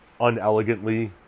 unelegantly